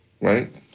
right